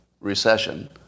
recession